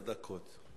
לרשותך עשר דקות.